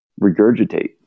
regurgitate